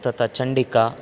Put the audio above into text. तथा चण्डिका